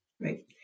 Right